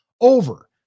over